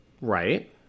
Right